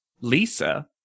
Lisa